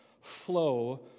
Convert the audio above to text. flow